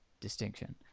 distinction